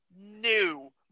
new